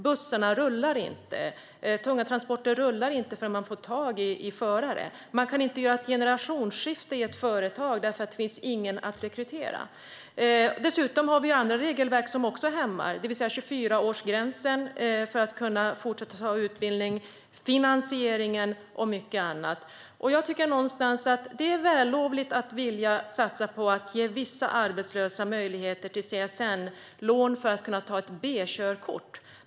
Bussarna rullar inte; tunga transporter rullar inte förrän man får tag i förare. Företag kan inte göra ett generationsskifte, för det finns ingen att rekrytera. Dessutom har vi andra regelverk som också hämmar - 24-årsgränsen för att kunna fortsätta utbilda sig, finansieringen och mycket annat. Jag tycker att det är vällovligt att vilja satsa på att ge vissa arbetslösa möjlighet till CSN-lån för att kunna ta B-körkort.